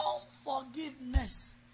unforgiveness